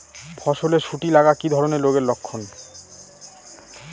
ফসলে শুটি লাগা কি ধরনের রোগের লক্ষণ?